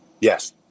Yes